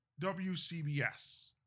WCBS